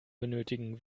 benötigen